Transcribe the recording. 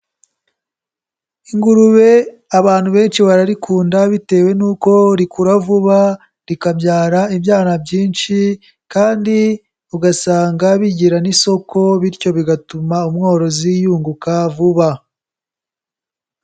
Ingurube abantu benshi bararikunda bitewe n'uko rikura vuba, rikabyara ibyara byinshi kandi ugasanga bigira n'isoko, bityo bigatuma umworozi yunguka vuba.